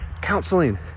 counseling